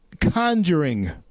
conjuring